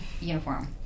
uniform